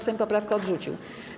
Sejm poprawkę odrzucił.